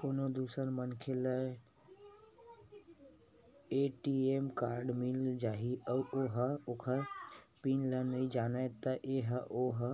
कोनो दूसर मनखे ल ए.टी.एम कारड मिल जाही अउ ओ ह ओखर पिन ल नइ जानत हे त ओ ह